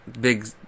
big